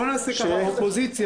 בואו נעשה ככה: האופוזיציה,